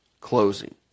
closing